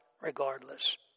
regardless